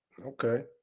Okay